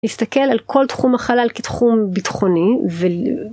נסתכל על כל תחום החלל כתחום ביטחוני ולא.